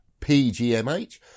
pgmh